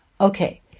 okay